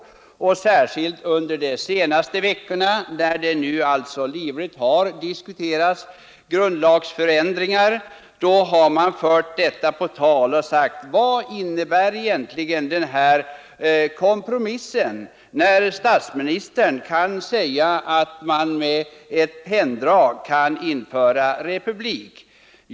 Särskilt under de senaste veckorna, när grundlagsförändringarna livligt har diskuterats, har detta förts på tal, och man har sagt: Vad innebär egentligen den här kompromissen, när statsministern kan säga att man med ett penndrag kan införa republik?